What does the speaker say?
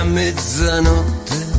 mezzanotte